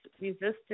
resistance